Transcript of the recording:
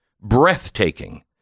Breathtaking